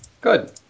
Good